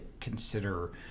consider—